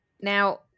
now